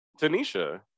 Tanisha